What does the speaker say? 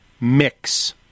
mix